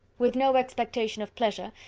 with no expectation of pleasure,